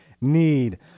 need